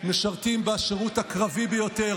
משרתים בשירות הקרבי ביותר,